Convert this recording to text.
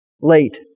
late